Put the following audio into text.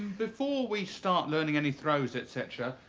before we start learning any throws, et cetera,